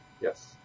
yes